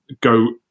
go